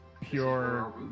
pure